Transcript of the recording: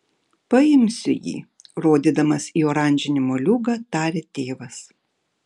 paimsiu jį rodydamas į oranžinį moliūgą tarė tėvas